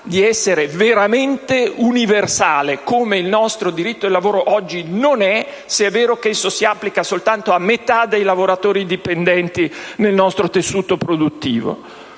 di essere veramente universale, come il nostro diritto del lavoro oggi non è, se è vero che esso si applica soltanto a metà dei lavoratori dipendenti nel nostro tessuto produttivo.